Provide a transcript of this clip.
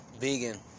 Vegan